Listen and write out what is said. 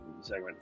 segment